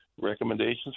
recommendations